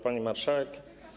Pani Marszałek!